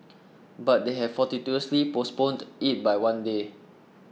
but they had fortuitously postponed it by one day